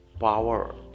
power